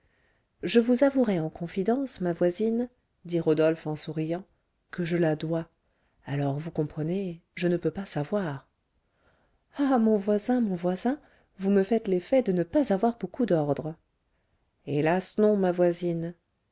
je vous avouerai en confidence ma voisine dit rodolphe en souriant que je la dois alors vous comprenez je ne peux pas savoir ah mon voisin mon voisin vous me faites l'effet de ne pas avoir beaucoup d'ordre hélas non ma voisine